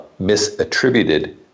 misattributed